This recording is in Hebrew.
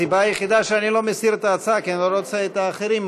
הסיבה היחידה שאני לא מסיר את ההצעה היא שאני לא רוצה להוריד את האחרים.